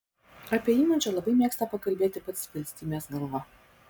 apie imidžą labai mėgsta pakalbėti pats valstybės galva